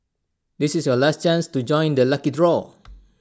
this is your last chance to join the lucky draw